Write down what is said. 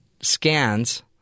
scans